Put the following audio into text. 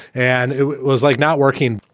and it was like not working.